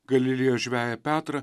galilėjos žveją petrą